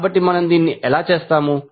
కాబట్టి మనము దీన్ని ఎలా చేస్తాము